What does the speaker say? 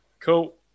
Cool